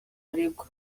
aregwa